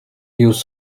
use